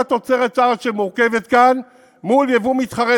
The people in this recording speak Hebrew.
תוצרת הארץ שמורכבת כאן מול יבוא מתחרה,